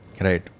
right